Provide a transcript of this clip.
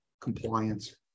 compliance